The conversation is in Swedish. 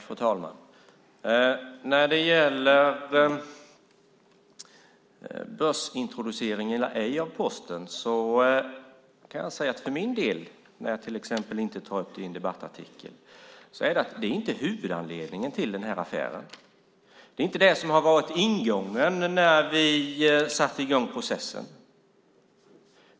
Fru talman! När det gäller börsintroducering eller ej av Posten kan jag säga att för min del, när jag till exempel inte tar upp det i en debattartikel, är det inte huvudanledningen till den här affären. Det var inte det som var ingången när vi satte i gång processen.